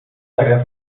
tarefa